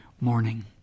morning